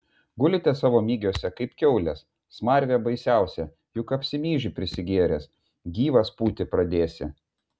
gulite savo migiuose kaip kiaulės smarvė baisiausia juk apsimyži prisigėręs gyvas pūti pradėsi